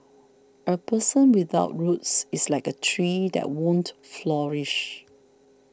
a person without roots is like a tree that won't flourish